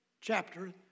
chapter